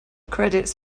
credits